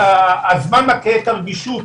הזמן מכה את הרגישות,